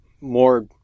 more